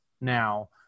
now